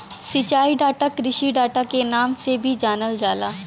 सिंचाई डाटा कृषि डाटा के नाम से भी जानल जाला